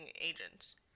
agents